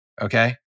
Okay